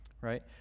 right